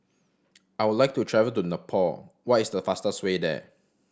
I would like to travel to Nepal what is the fastest way there